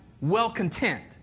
well-content